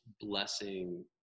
blessing